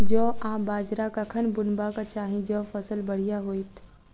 जौ आ बाजरा कखन बुनबाक चाहि जँ फसल बढ़िया होइत?